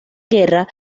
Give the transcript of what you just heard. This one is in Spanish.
guerra